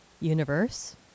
universe